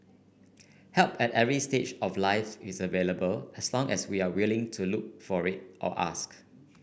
help at every stage of life's is available as long as we are willing to look for it or ask